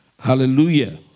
Hallelujah